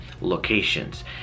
locations